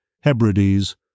Hebrides